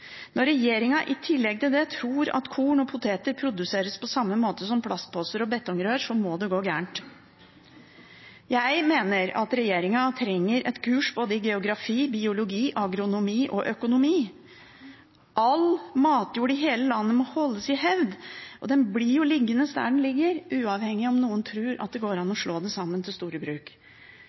Når regjeringen i tillegg til det tror at korn og poteter produseres på samme måte som plastposer og betongrør, må det gå gærent. Jeg mener at regjeringen trenger kurs i både geografi, biologi, agronomi og økonomi. All matjord i hele landet må holdes i hevd. Den blir jo liggende der den ligger, uavhengig av om noen tror det går an å slå det sammen til store bruk.